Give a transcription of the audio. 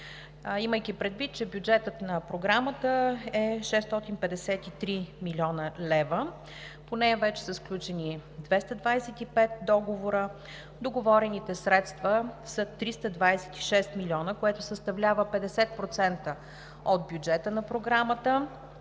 Имайки предвид, че бюджетът на Програмата е 653 млн. лв., по нея вече са сключени 225 договора; договорените средства са 326 милиона, което съставлява 50% от бюджета на Програмата;